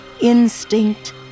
instinct